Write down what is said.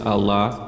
Allah